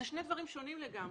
אלה שני דברים שונים לגמרי.